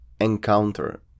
encounter